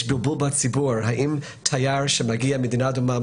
בלבול בציבור האם תייר שמגיע ממדינה אדומה,